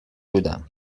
بودم